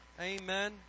Amen